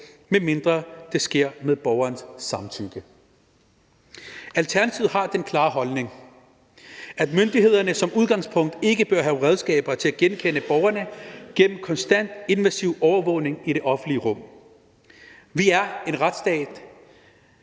medmindre det sker med borgerens samtykke. Alternativet har den klare holdning, at myndighederne som udgangspunkt ikke bør have redskaber til at genkende borgerne gennem konstant, invasiv overvågning i det offentlige rum. Vi er en retsstat,